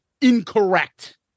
incorrect